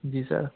जी sir